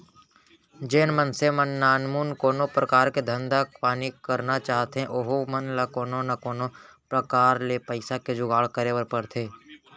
जेन मनसे मन नानमुन कोनो परकार के धंधा पानी करना चाहथें ओहू मन ल कोनो न कोनो प्रकार ले पइसा के जुगाड़ करे बर परथे